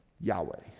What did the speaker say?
Yahweh